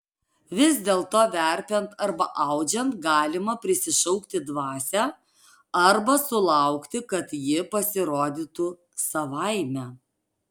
vis dėlto verpiant arba audžiant galima prisišaukti dvasią arba sulaukti kad ji pasirodytų savaime